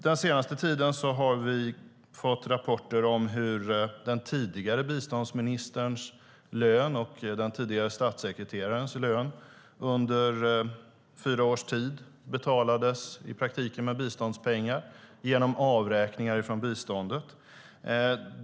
Den senaste tiden har vi fått rapporter om hur den tidigare biståndsministerns och den tidigare statssekreterarens löner under fyra års tid i praktiken betalades med biståndspengar genom avräkningar från biståndet.